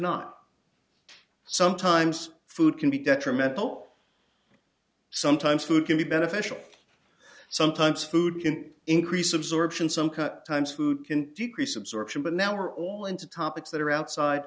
not sometimes food can be detrimental sometimes food can be beneficial sometimes food can increase absorption some cut times food can decrease absorption but now we're all into topics that are outside